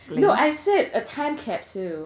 no I said a time capsule